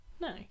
No